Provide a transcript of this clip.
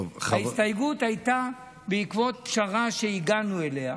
ההסתייגות הייתה בעקבות פשרה שהגענו אליה.